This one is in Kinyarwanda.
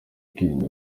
kwirinda